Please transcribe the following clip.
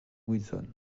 wilson